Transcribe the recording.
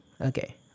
Okay